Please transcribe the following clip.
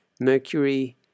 Mercury